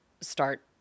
start